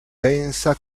pensa